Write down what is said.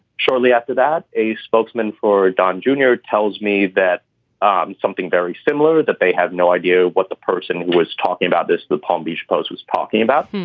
shortly after that, a spokesman for don junior tells me that um something very similar, that they have no idea what the person was talking about, this the palm beach post was talking about.